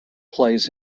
plays